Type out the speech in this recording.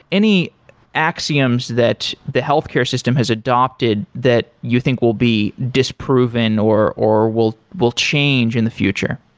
any axioms that the healthcare system has adopted that you think will be disproven or or will will change in the future?